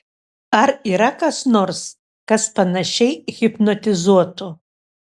ar yra kas nors kas panašiai hipnotizuotų